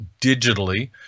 digitally